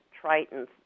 tritons